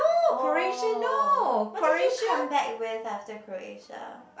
oh what did you come back with after Croatia